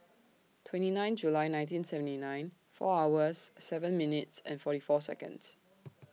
twenty nine July nineteen seventy nine four hours seven minutes and forty four Seconds